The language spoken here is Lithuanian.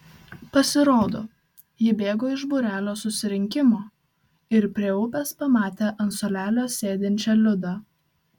pasirodo ji bėgo iš būrelio susirinkimo ir prie upės pamatė ant suolelio sėdinčią liudą